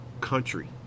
country